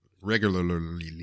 regularly